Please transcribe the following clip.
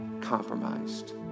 compromised